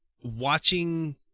watching